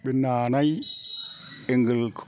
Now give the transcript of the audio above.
बे नानाय ऐंकल